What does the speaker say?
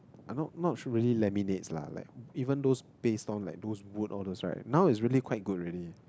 I'm not not so many really laminates lah like even those paste on like those wood all those right now it's really quite good already